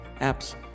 apps